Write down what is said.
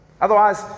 otherwise